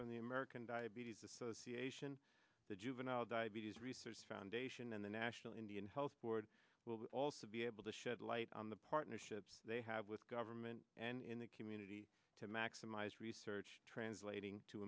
from the american diabetes a sow's the juvenile diabetes research foundation and the national indian health board will also be able to shed light on the partnerships they have with government and in the community to maximize research translating to